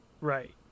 Right